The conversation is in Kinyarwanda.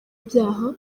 ibyaha